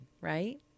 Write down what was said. right